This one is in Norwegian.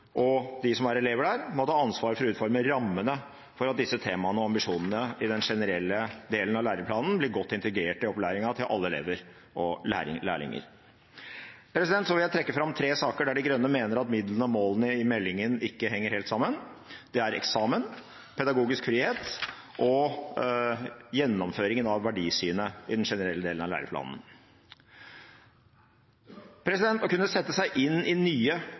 og de som er elever der, må ta ansvar for å utforme rammene for at temaene og ambisjonene i den generelle delen av læreplanen blir godt integrert i opplæringen til alle elever og lærlinger. Jeg vil trekke fram tre saker der De grønne mener at midlene og målene i meldingen ikke henger helt sammen. Det er eksamen, pedagogisk frihet og gjennomføringen av verdisynet i den generelle delen av læreplanen. Å kunne sette seg inn i nye